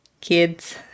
Kids